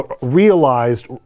realized